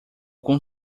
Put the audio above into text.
com